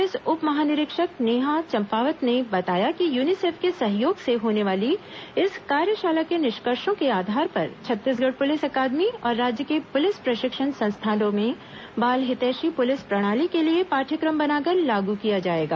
police उप महानिरीक्षक नेहा चंपावत ने बताया कि यूनिसेफ के सहयोग से होने वाली इस कार्यशाला के निष्कर्षो के आधार पर छत्तीसगढ़ पुलिस एकादमी और राज्य के पुलिस प्रशिक्षण संस्थानों में बाल हितैषी पुलिस प्रणाली के लिए पाठ्यक्रम बनाकर लागु किया जाएगा